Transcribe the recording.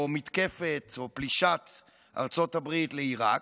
מתקפת או פלישת ארצות הברית לעיראק,